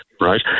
Right